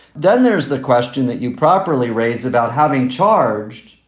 then there's the question that you properly raise about having charged,